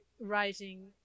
writing